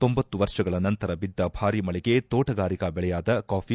ತೊಂಭತ್ತು ವರ್ಷಗಳ ನಂತರ ಬಿದ್ದ ಭಾರೀ ಮಳೆಗೆ ತೋಟಗಾರಿಕಾ ಬೆಳೆಯಾದ ಕಾಫಿ